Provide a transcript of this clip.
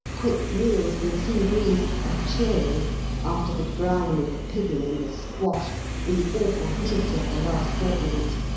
quick meals and sea breeze, are cheering after the grime and the pigging and the squash and the awful heat of the last fortnight.